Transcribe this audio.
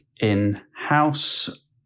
in-house